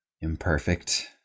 imperfect